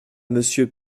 monsieur